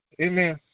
Amen